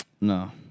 No